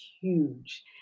huge